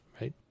right